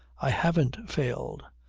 i haven't failed.